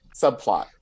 subplot